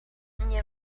nie